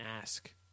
ask